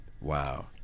Wow